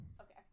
Okay